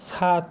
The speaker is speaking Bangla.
সাত